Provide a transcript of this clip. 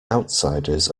outsiders